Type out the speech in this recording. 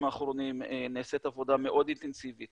האחרונים נעשית עבודה מאוד אינטנסיבית